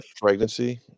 Pregnancy